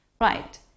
Right